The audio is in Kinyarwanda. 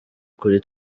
kuri